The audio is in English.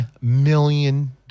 million